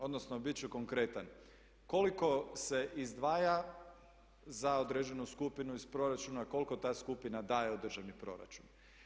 Odnosno biti ću konkretan, koliko se izdvaja za određenu skupinu iz proračuna, koliko ta skupina daje u državni proračun.